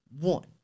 one